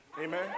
amen